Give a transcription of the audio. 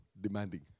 demanding